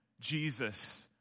Jesus